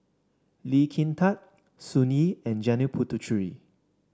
Lee Kin Tat Sun Yee and Janil Puthucheary